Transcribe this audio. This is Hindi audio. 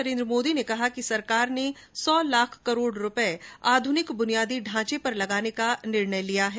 नरेन्द्र मोदी ने कहा कि सरकार ने सौ लाख करोड़ रुपये आधुनिक बुनियादी ढांचे पर लगाने का फैसला लिया गया है